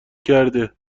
کرده